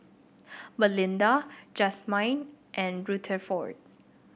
Malinda Jazmyne and Rutherford